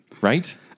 Right